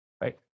right